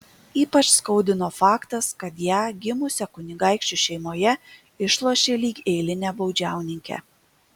ypač skaudino faktas kad ją gimusią kunigaikščių šeimoje išlošė lyg eilinę baudžiauninkę